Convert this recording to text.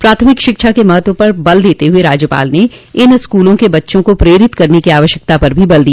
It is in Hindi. प्राथमिक शिक्षा के महत्व पर बल देते हुए राज्यपाल ने इन स्कूलों के बच्चों को प्रेरित करने की आवश्यकता पर भी बल दिया